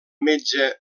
metge